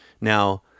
Now